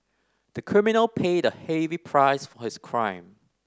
the criminal paid a heavy price for his crime